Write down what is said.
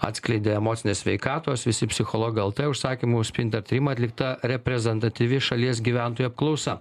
atskleidė emocinės sveikatos visi psichologai lt užsakymu sprinter tyrimų atlikta reprezentatyvi šalies gyventojų apklausa